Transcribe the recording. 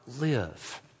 live